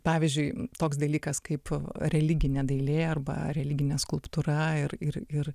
pavyzdžiui toks dalykas kaip religinė dailė arba religinė skulptūra ir ir ir